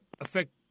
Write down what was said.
affect